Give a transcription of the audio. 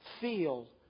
Feel